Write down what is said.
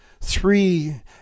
three